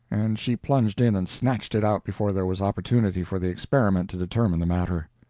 and she plunged in and snatched it out before there was opportunity for the experiment to determine the matter.